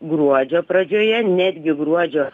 gruodžio pradžioje netgi gruodžio